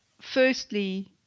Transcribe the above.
Firstly